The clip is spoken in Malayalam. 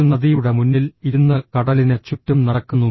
ഒരു നദിയുടെ മുന്നിൽ ഇരുന്ന് കടലിന് ചുറ്റും നടക്കുന്നു